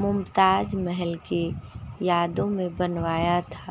मुमताज़ महल की यादों में बनवाया था